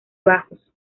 bajos